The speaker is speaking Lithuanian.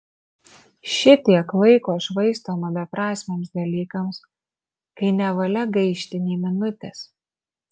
šitiek laiko švaistoma beprasmiams dalykams kai nevalia gaišti nė minutės